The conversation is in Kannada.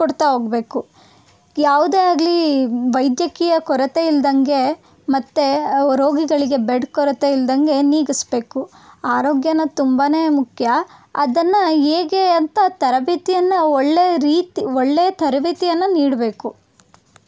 ಕೊಡ್ತಾ ಹೋಗ್ಬೇಕು ಯಾವುದೇ ಆಗಲಿ ವೈದ್ಯಕೀಯ ಕೊರತೆ ಇಲ್ಲದಂಗೆ ಮತ್ತು ರೋಗಿಗಳಿಗೆ ಬೆಡ್ ಕೊರತೆ ಇಲ್ಲದಂಗೆ ನೀಗಿಸ್ಬೇಕು ಆರೋಗ್ಯನ ತುಂಬಾ ಮುಖ್ಯ ಅದನ್ನು ಹೇಗೆ ಅಂತ ತರಬೇತಿಯನ್ನು ಒಳ್ಳೆಯ ರೀತಿ ಒಳ್ಳೆಯ ತರಬೇತಿಯನ್ನು ನೀಡಬೇಕು